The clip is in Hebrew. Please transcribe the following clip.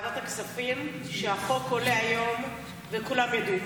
בוועדת הכספים שהחוק עולה היום וכולם ידעו.